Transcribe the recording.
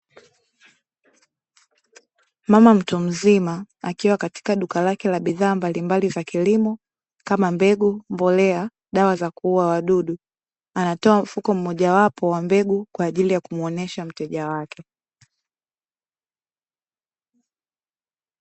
Mama mtu mzima akiwa katika duka lake la bidhaa mbalimbali za kilimo kama mbegu, mbolea, dawa za kuua wadudu anatoa mfuko mmoja wapo wa mbegu kwa ajili ya kumuonyesha mteja wake.